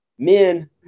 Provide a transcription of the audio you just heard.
Men